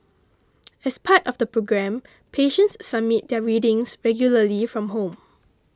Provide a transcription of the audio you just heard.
as part of the programme patients submit their readings regularly from home